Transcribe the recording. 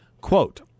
Quote